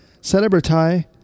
Celebrity